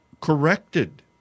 corrected